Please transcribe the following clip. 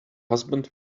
husband